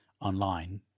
online